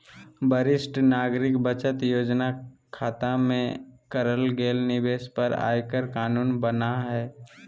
वरिष्ठ नागरिक बचत योजना खता में करल गेल निवेश पर आयकर कानून बना हइ